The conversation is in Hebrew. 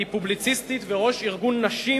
היא פובליציסטית וראש ארגון נשים,